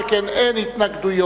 שכן אין התנגדויות,